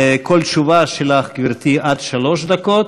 כל תשובה שלך, גברתי, עד שלוש דקות.